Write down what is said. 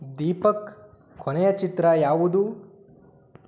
ದೀಪಕ್ ಕೊನೆಯ ಚಿತ್ರ ಯಾವುದು